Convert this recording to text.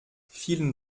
vielen